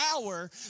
hour